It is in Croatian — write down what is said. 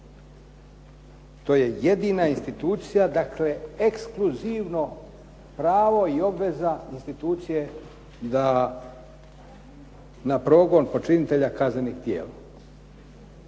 To je jednina institucija, dakle ekskluzivno pravo i obveza institucije da na progon počinitelja kaznenih djela.